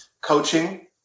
coaching